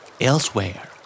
Elsewhere